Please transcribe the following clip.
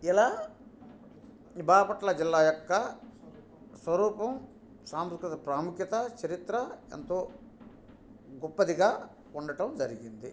ఇలా ఈ బాపట్ల జిల్లా యొక్క స్వరూపం ప్రాముఖ్యత చరిత్ర ఎంతో గొప్పదిగా ఉండడం జరిగింది